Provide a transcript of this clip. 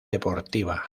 deportiva